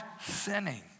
sinning